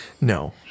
No